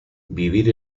vivir